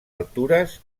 altures